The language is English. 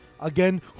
Again